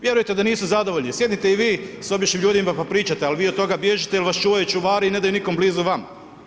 Vjerujte da nisu zadovoljni, sjednite i vi s običnim ljudima pa pričajte ali vi od toga bježite jer vas čuvaju čuvari i ne daju nikom blizu vama.